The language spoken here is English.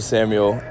Samuel